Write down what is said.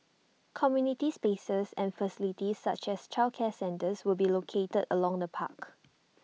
community spaces and facilities such as childcare centres will be located along the park